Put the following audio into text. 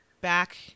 back